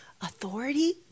authority